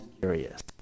curious